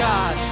God